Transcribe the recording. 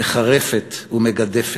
מחרפת ומגדפת.